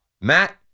Matt